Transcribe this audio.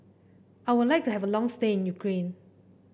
I would like to have a long stay in Ukraine